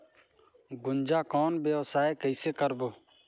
गुनजा कौन व्यवसाय कइसे करबो?